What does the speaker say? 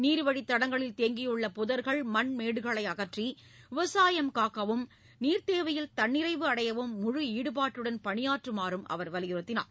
நீர்வழித்தடங்களில் தேங்கியுள்ள புதர்கள் மண் மேடுகளை அகற்றி விவசாயம் ஊக்கவும் நீர்த்தேவையில் தன்னிறைவு அடையவும் முழு ஈடுபாட்டுடன் பணியாற்றுமாறும் அவர் வலியுறுத்தினார்